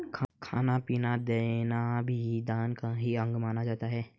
खाना पीना देना भी दान का ही अंग माना जाता है